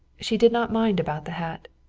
she did not mind about the hat.